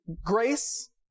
Grace